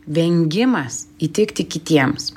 vengimas įtikti kitiems